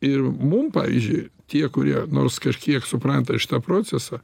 ir mum pavyzdžiui tie kurie nors kažkiek supranta šitą procesą